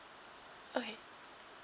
okay